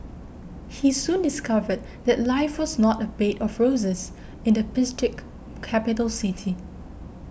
he soon discovered that life was not a bed of roses in the picturesque capital city